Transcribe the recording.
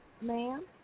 ma'am